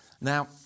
Now